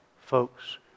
folks